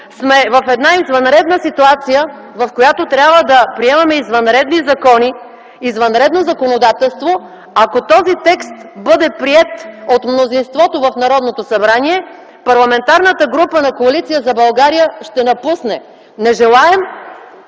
сме в една извънредна ситуация, в която трябва да приемаме извънредни закони, извънредно законодателство, ако този текст бъде приет от мнозинството в Народното събрание, Парламентарната група на Коалиция за България ще напусне. Ще напусне